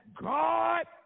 God